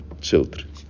children